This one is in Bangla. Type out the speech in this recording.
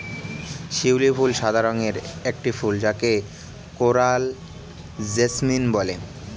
শিউলি ফুল সাদা রঙের একটি ফুল যাকে কোরাল জেসমিন বলে